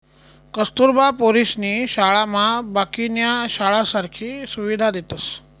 कस्तुरबा पोरीसनी शाळामा बाकीन्या शाळासारखी सुविधा देतस